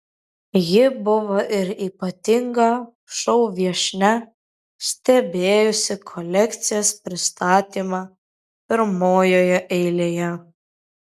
ji buvo ir ypatinga šou viešnia stebėjusi kolekcijos pristatymą pirmojoje eilėje